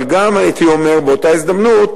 אבל גם, הייתי אומר, באותה הזדמנות